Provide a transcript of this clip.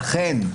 לכן,